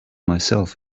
myself